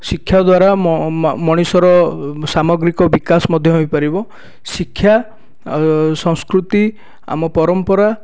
ଶିକ୍ଷାଦ୍ଵାରା ମଣିଷର ସାମଗ୍ରିକ ବିକାଶ ମଧ୍ୟ ହୋଇପାରିବ ଶିକ୍ଷା ସଂସ୍କୃତି ଆମ ପରମ୍ପରା